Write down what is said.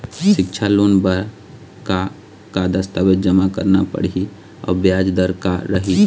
सिक्छा लोन बार का का दस्तावेज जमा करना पढ़ही अउ ब्याज दर का रही?